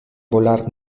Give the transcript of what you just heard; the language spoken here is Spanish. volar